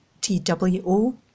T-W-O